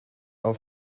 auf